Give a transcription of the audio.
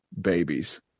babies